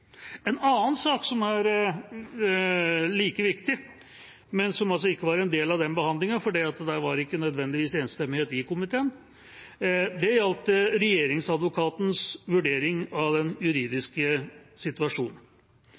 En annen sak som er like viktig, men som ikke var en del av den behandlingen, for der var det ikke nødvendigvis enstemmighet i komiteen, gjaldt Regjeringsadvokatens vurdering av den juridiske situasjonen.